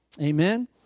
Amen